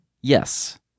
Yes